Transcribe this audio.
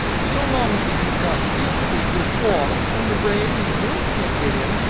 so long as it has got reasonably good walls, and the rain and the wind can't get in,